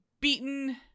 beaten